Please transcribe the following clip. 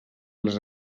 les